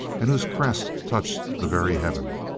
and whose crest touched the very heaven.